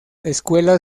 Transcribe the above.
escuela